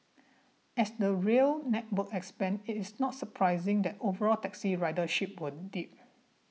as the rail network expands it is not surprising that overall taxi ridership will dip